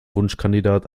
wunschkandidat